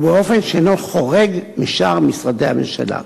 ובאופן שאינו חורג משאר משרדי הממשלה.